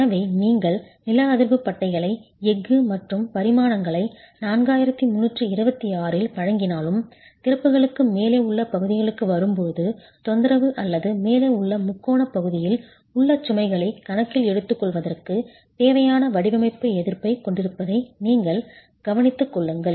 எனவே நீங்கள் நில அதிர்வு பட்டைகளை எஃகு மற்றும் பரிமாணங்களை 4326 இல் வழங்கினாலும் திறப்புகளுக்கு மேலே உள்ள பகுதிகளுக்கு வரும்போது தொந்தரவு அல்லது மேலே உள்ள முக்கோணப் பகுதியில் உள்ள சுமைகளை கணக்கில் எடுத்துக்கொள்வதற்குத் தேவையான வடிவமைப்பு எதிர்ப்பைக் கொண்டிருப்பதை நீங்கள் கவனித்துக் கொள்ளுங்கள்